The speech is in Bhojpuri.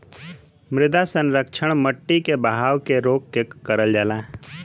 मृदा संरक्षण मट्टी के बहाव के रोक के करल जाला